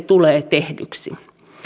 tulee tehdyksi